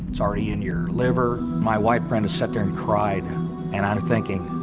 it's already in your liver. my wife, brenda, sat there and cried and and i'm thinking,